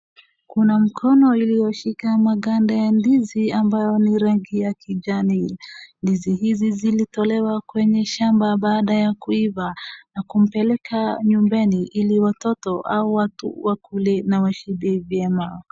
Kuna mkono iliyoshika maganda ya ndizi ambayo ni rangi ya kijani, ndizi hizi zilitolewa kwenye shamba baada ya kuiva na kupeleka nyumbani ili watoto ama watu wakule na washibe vyema.